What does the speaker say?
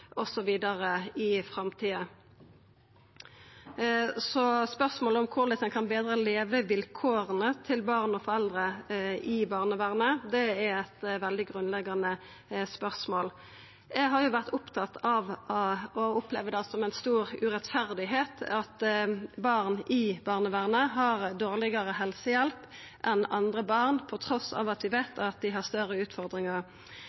i framtida osv. Så spørsmålet om korleis ein kan betra levekåra til barn og foreldre i barnevernet, er eit veldig grunnleggjande spørsmål. Eg har vore opptatt av og opplever det som ei stor urettferdigheit at barn i barnevernet har dårlegare helsehjelp enn andre barn trass i at vi